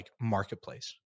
marketplace